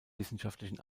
wissenschaftlichen